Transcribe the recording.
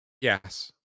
Yes